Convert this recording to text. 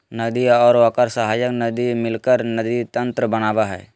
नदी और ओकर सहायक नदी मिलकर नदी तंत्र बनावय हइ